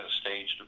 staged